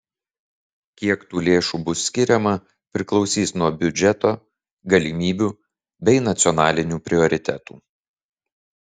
kiek tų lėšų bus skiriama priklausys nuo biudžeto galimybių bei nacionalinių prioritetų